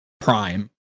Prime